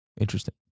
Interesting